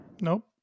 Nope